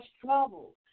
trouble